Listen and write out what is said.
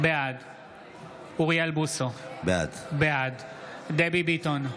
בעד אוריאל בוסו, בעד דבי ביטון,